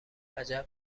عجب